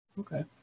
Okay